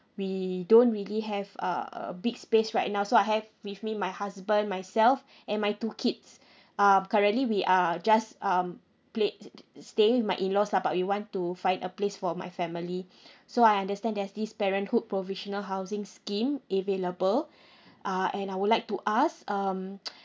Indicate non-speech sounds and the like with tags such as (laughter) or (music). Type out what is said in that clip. we don't really have a a big space right now so I have with me my husband myself (breath) and my two kids uh currently we are just um plat~ (noise) stay with my in laws lah but we want to find a place for my family (breath) so I understand there's this parenthood provisional housing scheme available (breath) uh and I would like to ask um (noise)